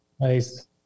Nice